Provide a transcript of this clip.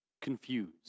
confused